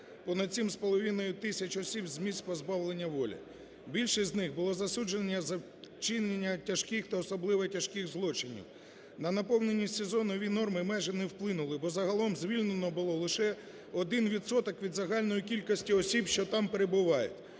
понад 7,5 тисяч осіб з місць позбавлення волі. Більшість з них були засуджені за вчинення тяжких та особливо тяжких злочинів. На наповненість СІЗО нові норми майже не вплинули, бо загалом звільнено було лише один відсоток від загальної кількості осіб, що там перебувають.